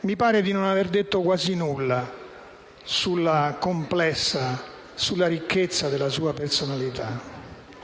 mi pare di non aver detto quasi nulla sulla complessità e sulla ricchezza della sua personalità.